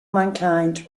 mankind